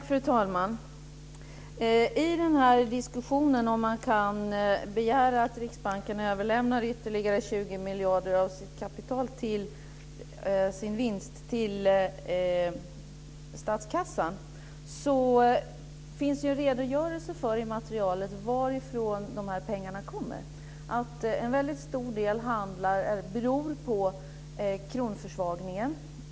Fru talman! I diskussionen om man kan begära att Riksbanken överlämnar ytterligare 20 miljarder av sin vinst till statskassan finns det en redogörelse i materialet för varifrån pengarna kommer. En väldigt stor del beror på kronförsvagningen.